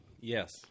Yes